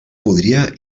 podria